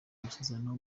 amasezerano